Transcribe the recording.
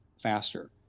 faster